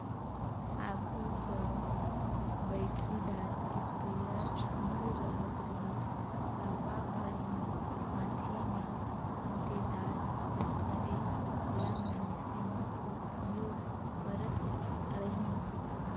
आघु जब बइटरीदार इस्पेयर नी रहत रहिस ता का करहीं हांथे में ओंटेदार इस्परे ल मइनसे मन उपियोग करत रहिन